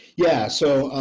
yeah, so,